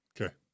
Okay